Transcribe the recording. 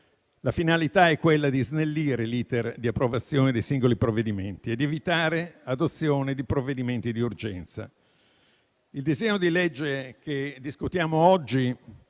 La finalità è quella di snellire l'*iter* di approvazione dei singoli provvedimenti ed evitare l'adozione di provvedimenti di urgenza. Il disegno di legge che discutiamo oggi